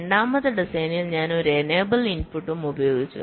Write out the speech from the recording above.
രണ്ടാമത്തെ ഡിസൈനിൽ ഞാൻ ഒരു എനേബിൾ ഇൻപുട്ടും ഉപയോഗിച്ചു